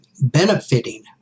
benefiting